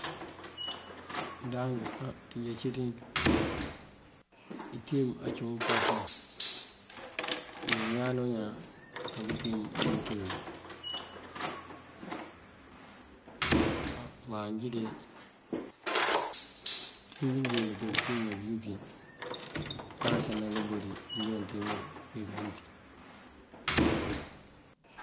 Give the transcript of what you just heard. Ndank á ţí njá cí ţink itíim ancum ufasoŋ me ñaan o ñaan aká bëtíim bayunkël bí. Á má njí de bëtíim njí bímeebí manjá tima bël bëjukin unkalësa nankabodi unjoon tima buyunkin.